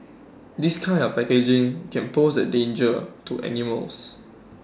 this kind of packaging can pose A danger to animals